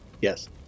Yes